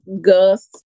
Gus